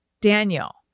Daniel